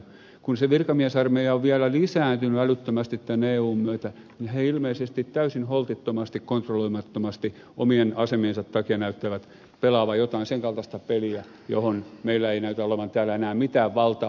kun se virkamiesarmeija on vielä lisääntynyt älyttömästi tämän eun myötä niin se ilmeisesti täysin holtittomasti kontrolloimattomasti omien asemiensa takia näyttää pelaavan jotain sen kaltaista peliä johon meillä ei näytä olevan täällä enää mitään valtaa